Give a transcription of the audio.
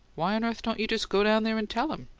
why on earth don't you just go down there and tell him?